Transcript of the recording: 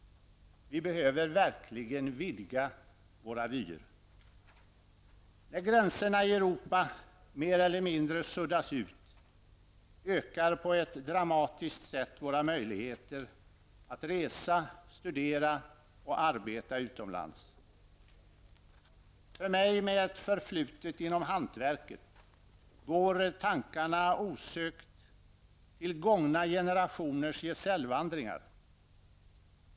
Vi behöver verkligen vidga våra vyer. När gränserna i Europa mer eller mindre suddas ut ökar på ett dramatiskt sätt våra möjligheter att resa, studera och arbeta utomlands. För mig, med ett förflutet inom hantverket, går tankarna osökt till gångna generationers gesällvandringar.